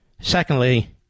secondly